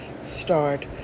start